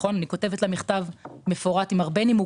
אני כותבת לה מכתב מפורט עם הרבה נימוקים.